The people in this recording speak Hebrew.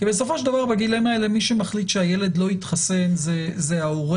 כי בסופו של דבר בגילאים האלה מי שמחליט שהילד לא יתחסן זה ההורה,